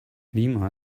lima